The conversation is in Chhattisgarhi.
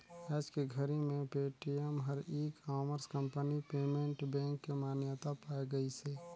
आयज के घरी मे पेटीएम हर e commerce company payment bank के मान्यता पाए गइसे